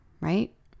right